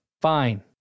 Fine